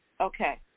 Okay